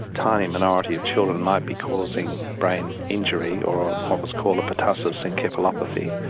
tiny minority of children, might be causing brain injury, or what was called a pertussis encephalopathy,